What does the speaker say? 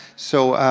so,